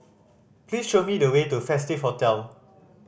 please show me the way to Festive Hotel